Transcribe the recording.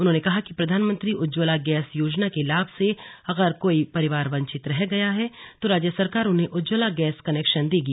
उन्होंने कहा कि प्रधानमंत्री उज्जवला गैस योजना के लाभ से अगर कोई परिवार वंचित रह गया है तो राज्य सरकार उन्हें उज्ज्वला गैस कनेक्शन देगी